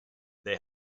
they